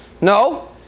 No